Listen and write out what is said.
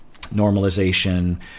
normalization